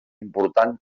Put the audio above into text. important